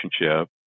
relationship